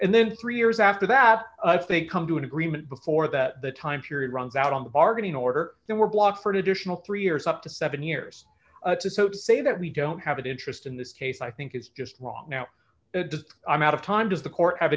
and then three years after that they come to an agreement before that the time period runs out on the bargaining order they were blocked for an additional three years up to seven years or so to say that we don't have an interest in this case i think is just wrong now i'm out of time does the court have